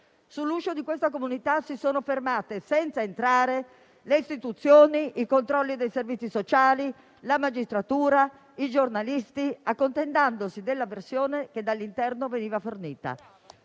Sull'uscio di questa comunità si sono fermate, senza entrare, le istituzioni, i controlli dei servizi sociali, la magistratura, i giornalisti, accontentandosi della versione che dall'interno veniva fornita.